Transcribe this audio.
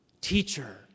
teacher